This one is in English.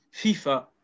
FIFA